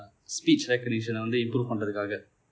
speech recognition வந்து :vanthu improve பன்னுவதற்காக:pannuvatharkaaga